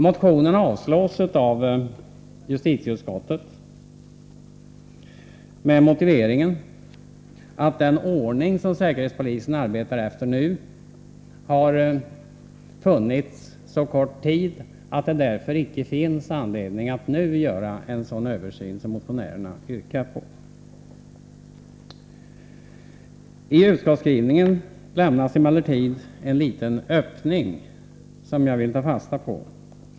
Motionen avstyrks av justitieutskottet med motiveringen att den ordning som säkerhetspolisen arbetar efter nu har funnits så kort tid att det därför inte finns anledning att f. n. göra en sådan översyn som motionärerna yrkar på. I utskottets skrivning lämnas emellertid en liten öppning, som jag vill ta fasta på.